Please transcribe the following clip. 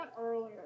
earlier